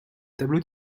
tableau